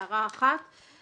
אבל חשוב לי כן להגיד,